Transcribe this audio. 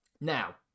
Now